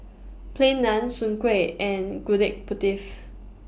Plain Naan Soon Kueh and Gudeg